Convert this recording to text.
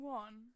one